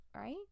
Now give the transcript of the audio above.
Right